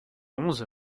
onze